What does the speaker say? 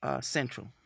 Central